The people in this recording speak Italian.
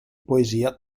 poesia